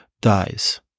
dies